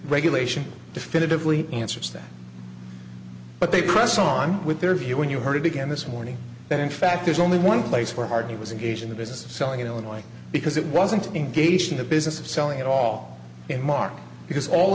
regulation definitively answers that but they press on with their view when you heard it again this morning that in fact there's only one place where hardy was engaged in the business of selling in illinois because it wasn't engaged in the business of selling it all in market because all